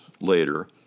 later